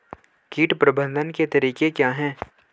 कीट प्रबंधन के तरीके क्या हैं?